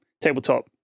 tabletop